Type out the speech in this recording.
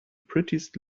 prettiest